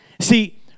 See